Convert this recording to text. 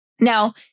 Now